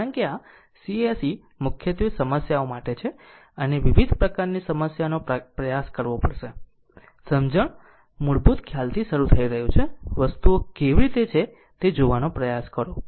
કારણ કે આ c se મુખ્યત્વે સમસ્યાઓ માટે છે અને વિવિધ પ્રકારની સમસ્યાઓનો પ્રયાસ કરવો પડશે અને સમજણ મૂળભૂત ખ્યાલથી શરૂ થઈ રહ્યું છે વસ્તુઓ કેવી રીતે છે તે જોવાનો પ્રયાસ કરો